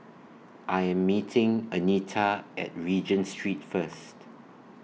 I Am meeting Anita At Regent Street First